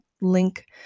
link